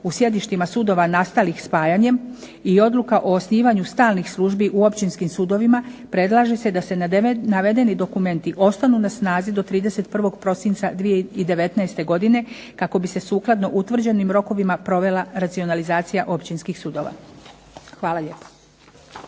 u sjedištima sudova nastalih spajanjem i odluka o osnivanju stalnih službi u općinskim sudovima predlaže se da se navedeni dokumenti ostanu na snazi 31. prosinca 2019. godine kako bi se sukladno utvrđenim rokovima provela racionalizacija općinskih sudova. Hvala lijepa.